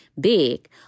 big